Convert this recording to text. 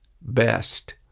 best